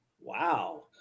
Wow